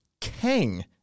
Kang